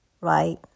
right